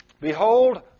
Behold